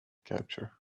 capture